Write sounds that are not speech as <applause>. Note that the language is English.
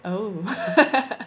oh <laughs>